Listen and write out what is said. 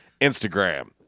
Instagram